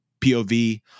POV